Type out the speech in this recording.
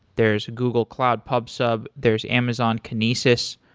there is google cloud pub-sub, there is amazon kinesis.